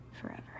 Forever